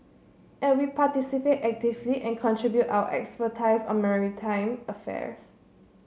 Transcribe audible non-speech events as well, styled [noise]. and we participate actively and contribute our [unintelligible] on maritime affairs